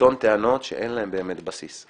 לטעון טענות שאין להן באמת בסיס.